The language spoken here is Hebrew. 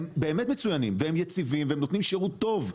הם באמת מצוינים והם יציבים והם נותנים שירות טוב,